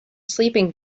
sleeping